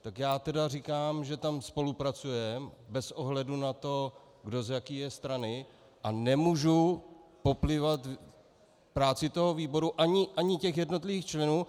Tak já tedy říkám, že tam spolupracujeme bez ohledu na to, kdo je z jaké strany, a nemůžu poplivat práci toho výboru ani těch jednotlivých členů.